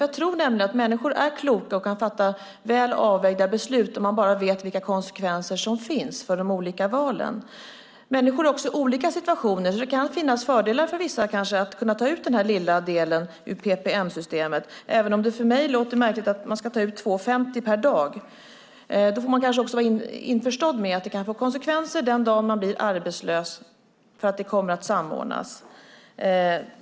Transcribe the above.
Jag tror nämligen att människor är kloka och kan fatta väl avvägda beslut bara de vet vilka konsekvenser de olika valen har. Människor är också i olika situationer, så det kan finnas fördelar för vissa med att ta ut den lilla delen ur PPM-systemet, även om det för mig låter märkligt att ta ut 2:50 per dag. Då får man också vara införstådd med att det kan få konsekvenser den dag man blir arbetslös, för det kommer att samordnas.